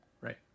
Right